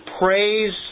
praise